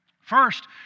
First